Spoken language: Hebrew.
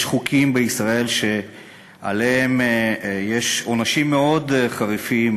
יש חוקים בישראל שקובעים עונשים מאוד חריפים